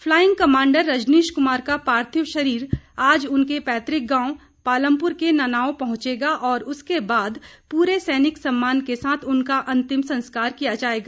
flying commander Rajneesh Kumar का पार्थिव शरीर आज उनके पैतुक गांव पालमपुर के ननाओं पहुंचेगा और उसके बाद पूरे सैनिक सम्मान के साथ उनका अतिंम संस्कार किया जायेगा